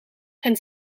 gaan